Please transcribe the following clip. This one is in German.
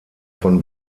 von